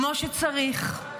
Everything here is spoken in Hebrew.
כמו שצריך.